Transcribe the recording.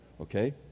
Okay